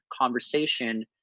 conversation